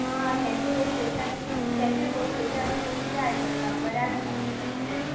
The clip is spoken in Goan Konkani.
आ कॅफे भोसलेचें हांवें न्ही कॅफे भोसलेचें हांवें खूब किदें आयकलां बरें आसता म्हण तांचें